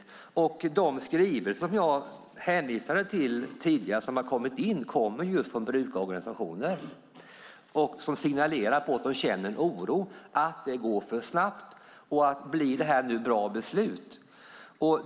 De skrivelser som har kommit in som jag hänvisade till tidigare kommer från brukarorganisationer, och de signalerar att de känner en oro för att det går för snabbt och om det blir bra beslut.